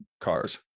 cars